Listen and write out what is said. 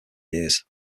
years